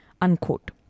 Unquote